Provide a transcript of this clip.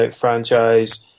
franchise